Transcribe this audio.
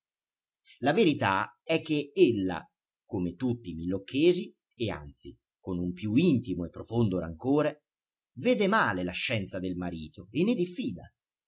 la verità è che ella come tutti i milocchesi e anzi con un più intimo e profondo rancore vede male la scienza del marito e ne diffida